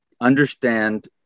understand